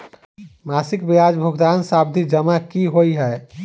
मासिक ब्याज भुगतान सावधि जमा की होइ है?